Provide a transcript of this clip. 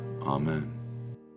Amen